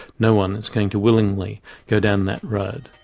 no-one is going to willingly go down that road.